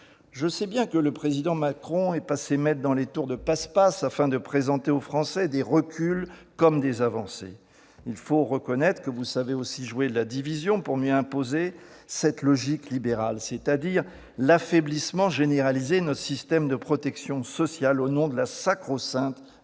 Je sais bien que le président Macron est passé maître dans les tours de passe-passe, afin de présenter aux Français des reculs comme des avancées. Il faut reconnaître que vous savez aussi jouer de la division pour mieux imposer cette logique libérale, c'est-à-dire l'affaiblissement généralisé de notre système de protection sociale au nom de la sacro-sainte